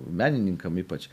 menininkam ypač